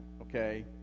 okay—